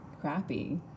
crappy